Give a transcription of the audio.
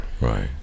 Right